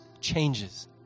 changes